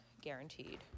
guaranteed